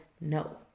no